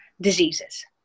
diseases